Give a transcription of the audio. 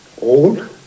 Old